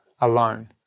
alone